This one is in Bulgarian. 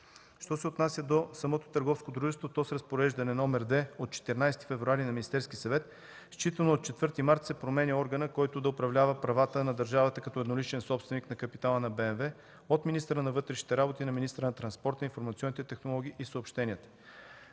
Що се отнася до самото търговско дружество, то с Разпореждане № 2 от 14 февруари на Министерския съвет, считано от 4 март, се променя органът, който да управлява правата на държавата като едноличен собственик на капитала на БМВ от министъра на вътрешните работи и на министъра на транспорта, информационните технологии и съобщенията.